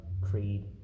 creed